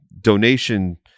donation